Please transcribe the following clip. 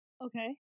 Okay